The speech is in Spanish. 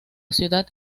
ciudad